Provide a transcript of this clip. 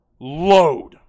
load